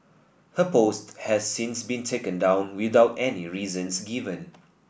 her post has since been taken down without any reasons given